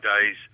days